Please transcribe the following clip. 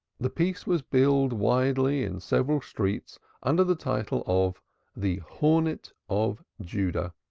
the piece was billed widely in several streets under the title of the hornet of judah,